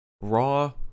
Raw